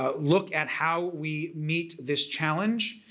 ah look at how we meet this challenge,